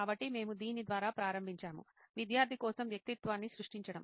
కాబట్టి మేము దీని ద్వారా ప్రారంభించాము విద్యార్థి కోసం వ్యక్తిత్వాన్ని సృష్టించడం